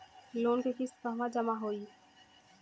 Loan के किस्त कहवा जामा होयी?